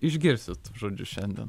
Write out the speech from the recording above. išgirsit žodžiu šiandien